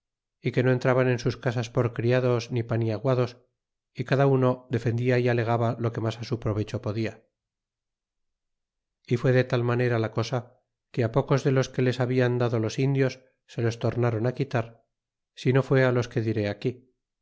y que no entraban en sus casas por criados ni paniaguados y cada uno defendia y alegaba lo que mas su provecho podia y fué de tal manera la cosa que pocos de los que les hablan dado los indios se los tornron quitar sino fué los que diré aquí